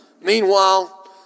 Meanwhile